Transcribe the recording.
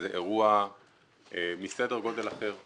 זה אירוע מסדר גודל אחר.